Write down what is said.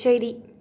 ശരി